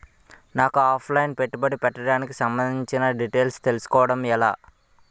నాకు offline పెట్టుబడి పెట్టడానికి సంబందించిన డీటైల్స్ తెలుసుకోవడం ఎలా?